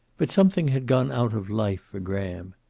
but something had gone out of life for graham.